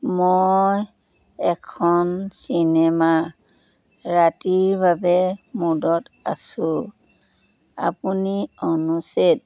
মই এখন চিনেমা ৰাতিৰ বাবে মুডত আছোঁ আপুনি অনুচ্ছেদ